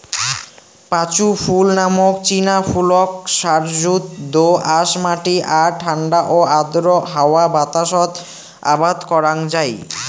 পাঁচু ফুল নামক চিনা ফুলক সারযুত দো আঁশ মাটি আর ঠান্ডা ও আর্দ্র হাওয়া বাতাসত আবাদ করাং যাই